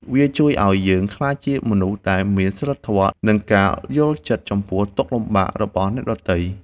វាជួយឱ្យយើងក្លាយជាមនុស្សដែលមានសីលធម៌ និងការយល់ចិត្តចំពោះទុក្ខលំបាករបស់អ្នកដទៃ